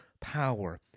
power